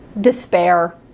despair